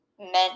meant